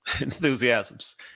Enthusiasms